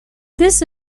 this